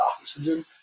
oxygen